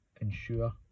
ensure